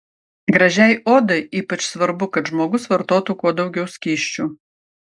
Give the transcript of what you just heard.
gražiai odai ypač svarbu kad žmogus vartotų kuo daugiau skysčių